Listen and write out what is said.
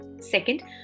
Second